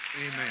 Amen